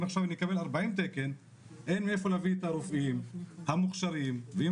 אם עכשיו נקבל 40 תקנים אין מאיפה להביא את הרופאים המוכשרים ואם